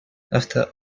after